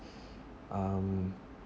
um